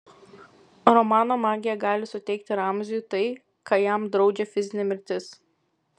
romano magija gali suteikti ramziui tai ką jam draudžia fizinė mirtis